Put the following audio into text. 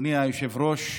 אדוני היושב-ראש,